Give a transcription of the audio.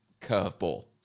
curveball